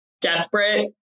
desperate